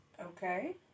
Okay